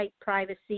privacy